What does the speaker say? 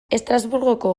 estrasburgoko